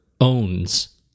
owns